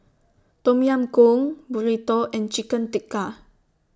Tom Yam Goong Burrito and Chicken Tikka